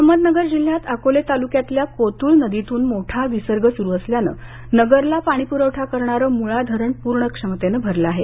अहमदनगर जिल्ह्यात अकोले तालुक्यातल्या कोतुळ नदीतुन मोठा विसर्ग सुरू असल्यानं नगरला पाणीप्रवठा करणारं मुळा धरण पूर्ण क्षमतेनं भरलं आहे